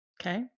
Okay